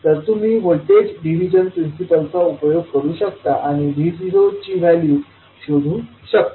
तर तुम्ही voltage division प्रिन्सिपलचा उपयोग करू शकता आणि V0ची व्हॅल्यू अशी शोधू शकता